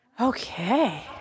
Okay